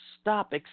Stop